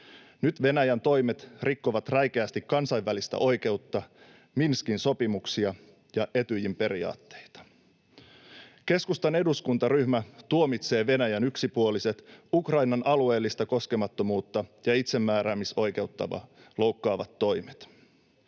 Nyt Venäjän toimet rikkovat räikeästi kansainvälistä oikeutta, Minskin sopimuksia ja Etyjin periaatteita. Keskustan eduskuntaryhmä tuomitsee Venäjän yksipuoliset, Ukrainan alueellista koskemattomuutta ja itsemääräämisoikeutta loukkaavat toimet.